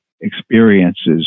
experiences